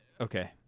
Okay